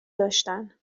داشتن